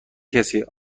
کسی